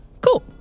cool